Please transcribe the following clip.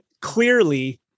clearly